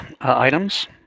items